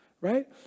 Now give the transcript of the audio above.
right